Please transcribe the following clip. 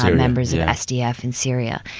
ah members of sdf in syria.